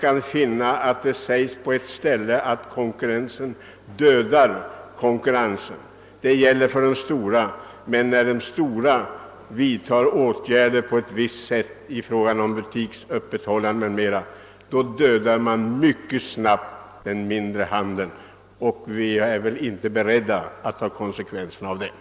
På ett ställe heter det att konkurrensen dödar konkurrensen. När de stora företagen vidtar åtgärder t.ex. i fråga om butiksöppethållande, dödar de mycket snabbt den mindre handeln. Vi är väl inte beredda att ta konsekvenserna av detta.